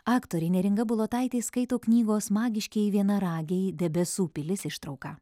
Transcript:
aktorė neringa bulotaitė skaito knygos magiškieji vienaragiai debesų pilis ištrauką